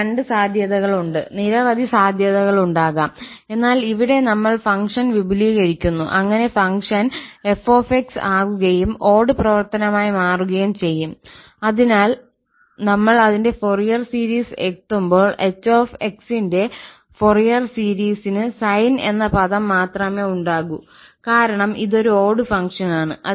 പിന്നെ രണ്ട് സാധ്യതകളുണ്ട് നിരവധി സാധ്യതകളുണ്ടാകാം എന്നാൽ ഇവിടെ നമ്മൾ ഫംഗ്ഷൻ വിപുലീകരിക്കുന്നു അങ്ങനെ ഫംഗ്ഷൻ ℎ𝑥 ആകുകയും ഓട് പ്രവർത്തനമായി മാറുകയും ചെയ്യും അതിനാൽ നമ്മൾ അതിന്റെ ഫോറിയർ സീരീസ് എഴുതുമ്പോൾ ℎ𝑥 ന്റെ ഫൊറിയർ സീരീസിന് സൈൻ എന്ന പദം മാത്രമേ ഉണ്ടാകൂ കാരണം ഇത് ഒരു ഓട് ഫംഗ്ഷനാണ്